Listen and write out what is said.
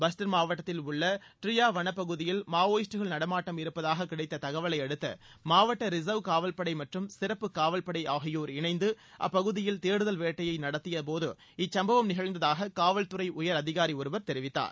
பஸ்ட்ர் மாவட்டத்தில் உள்ள டிரியா வனப்பகுதியில் மாவோயிஸ்டுகள் நடமாட்டம் இருப்பதாக கிடைத்த தகவலையடுத்து மாவட்ட ரிசர்வ் காவல்பளட மற்றும் சிறப்பு காவல்படை ஆகியோர் இணைந்து அப்பகுதியில் தேடுதல் வேட்டையை நடத்தியபோது இச்சும்பவம் நிகழ்ந்ததாக காவல்துறை உயர் அதிகாரி தெரிவித்தார்